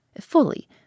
fully